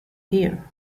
here